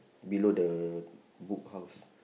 below the Book House